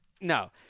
No